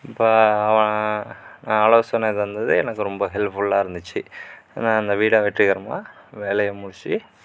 இப்போ அவன் ஆலோசனை தந்தது எனக்கு ரொம்ப ஹெல்ப்ஃபுல்லாக இருந்துச்சு ஏன்னா அந்த வீடை வெற்றிகரமாக வேலையை முடிச்சி